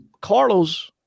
Carlos